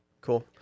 cool